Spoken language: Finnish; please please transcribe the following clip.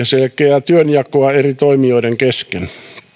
selkeää työnjakoa eri toimijoiden kesken